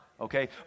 okay